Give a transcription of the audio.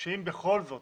אם בכל זאת